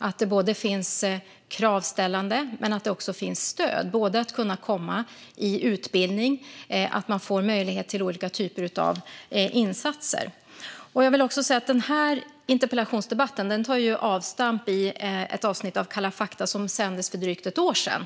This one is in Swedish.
Det ska finnas både kravställande och stöd när det gäller att kunna komma i utbildning och när det gäller att få möjlighet till olika typer av insatser. Denna interpellationsdebatt tar avstamp i ett avsnitt av Kalla f akta som sändes för drygt ett år sedan.